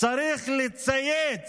צריך לצייץ